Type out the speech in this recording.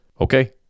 Okay